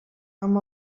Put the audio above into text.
amb